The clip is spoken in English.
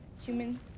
human